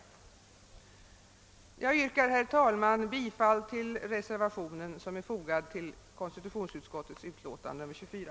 Jag yrkar, herr talman, bifall till reservationen som är fogad till konstitutionsutskottets utlåtande nr 24.